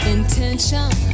Intention